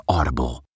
Audible